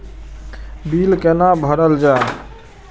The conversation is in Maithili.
बील कैना भरल जाय?